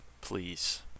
please